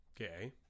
Okay